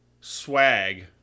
swag